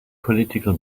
political